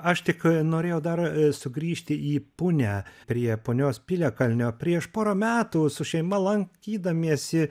aš tik norėjau dar sugrįžti į punią prie punios piliakalnio prieš porą metų su šeima lankydamiesi